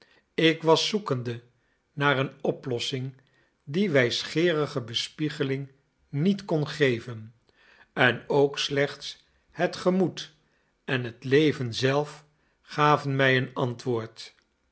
ik was zoekende naar een oplossing die wijsgeerige bespiegeling niet kon geven en ook slechts het gemoed en het leven zelf gaven mij een antwoord